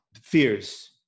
fears